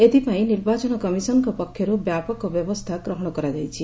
ଏଥିପାଇଁ ନିର୍ବାଚନ କମିଶନଙ୍କ ପକ୍ଷରୁ ବ୍ୟାପକ ବ୍ୟବସ୍ଥା ଗ୍ରହଣ କରାଯାଇଛି